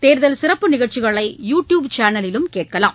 தேர்தல் சிறப்பு நிகழ்ச்சிகளை யு டியூப் சேனலிலும் கேட்கலாம்